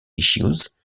issues